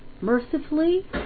mercifully